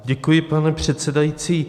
Děkuji, pane předsedající.